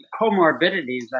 comorbidities